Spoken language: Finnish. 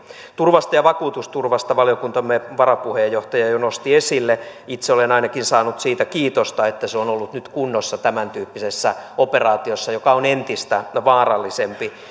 turvan ja ja vakuutusturvan valiokuntamme varapuheenjohtaja jo nosti esille itse olen ainakin saanut siitä kiitosta että se on ollut nyt kunnossa tämäntyyppisessä operaatiossa joka on entistä vaarallisempi